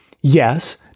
Yes